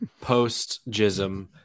post-JISM